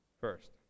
first